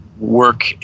work